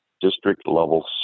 district-level